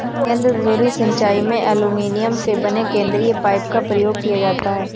केंद्र धुरी सिंचाई में एल्युमीनियम से बने केंद्रीय पाइप का प्रयोग किया जाता है